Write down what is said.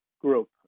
Group